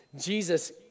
Jesus